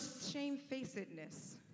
shamefacedness